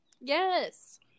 Yes